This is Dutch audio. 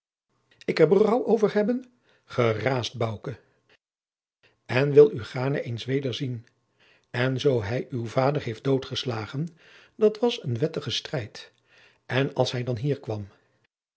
en ik er berouw over hebben ge raast bouke en wil u gaarne eens weder zien en zoo hij uw vader heeft doodgeslagen dat was in een wettigen strijd en als hij dan hier kwam